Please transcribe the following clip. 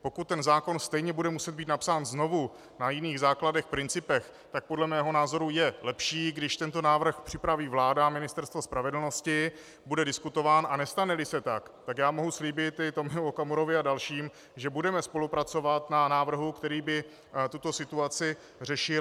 Pokud ten zákon stejně bude muset být napsán znovu na jiných základech, principech, tak podle mého názoru je lepší, když tento návrh připraví vláda a Ministerstvo spravedlnosti, bude diskutován, a nestaneli se tak, tak já mohu slíbit i Tomio Okamurovi a dalším, že budeme spolupracovat na návrhu, který by tuto situaci řešil.